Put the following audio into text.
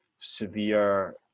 severe